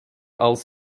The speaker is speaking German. als